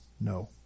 No